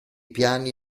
piani